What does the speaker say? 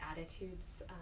attitudes